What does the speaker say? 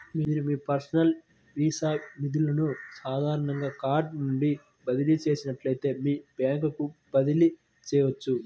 మీరు మీ virtual Visa నిధులను సాధారణ కార్డ్ నుండి బదిలీ చేసినట్లే మీ బ్యాంకుకు బదిలీ చేయవచ్చు